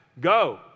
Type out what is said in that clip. go